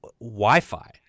Wi-Fi